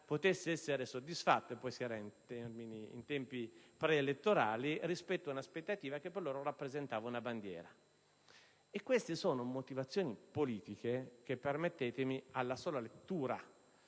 potesse essere soddisfatta (si era in tempi pre-elettorali) rispetto ad un'aspettativa che per loro rappresentava una bandiera. Queste sono motivazioni politiche che - permettetemi - alla sola lettura